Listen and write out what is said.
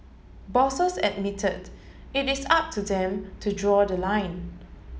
bosses admitted it is up to them to draw the line